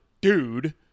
dude